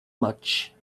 much